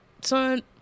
son